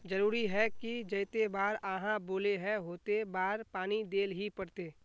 जरूरी है की जयते बार आहाँ बोले है होते बार पानी देल ही पड़ते?